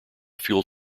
fuel